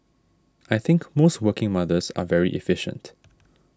I think most working mothers are very efficient